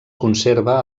conserva